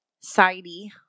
sidey